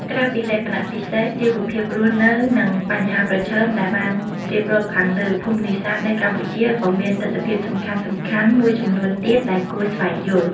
ក្រៅពីលក្ខណៈពិសេស ជីវភាពរស់នៅ និងបញ្ហាប្រឈមដែលបានរៀបរាប់ខាងលើ ភូមិនេសាទនៅកម្ពុជាក៏មានទិដ្ឋភាពសំខាន់ៗមួយចំនួនទៀតដែលគួរស្វែងយល់។